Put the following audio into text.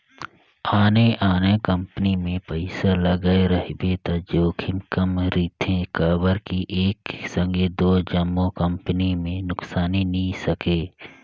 आने आने कंपनी मे पइसा लगाए रहिबे त जोखिम कम रिथे काबर कि एक संघे दो जम्मो कंपनी में नुकसानी नी सके